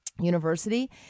University